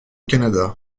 canada